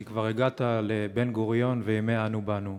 כי כבר הגעת לבן-גוריון וימי "אנו באנו".